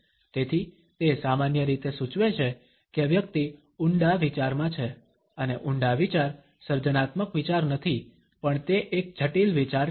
તેથી તે સામાન્ય રીતે સૂચવે છે કે વ્યક્તિ ઊંડા વિચારમાં છે અને ઊંડા વિચાર સર્જનાત્મક વિચાર નથી પણ તે એક જટિલ વિચાર છે